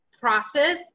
process